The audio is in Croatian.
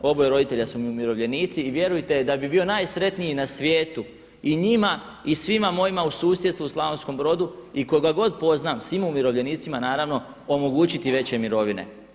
Oboje roditelja su mi umirovljenici i vjerujte da bi bio najsretniji na svijetu i njima i svima mojima u susjedstvu u Slavonskom Brodu i koga god poznam, svim umirovljenicima omogućiti veće mirovine.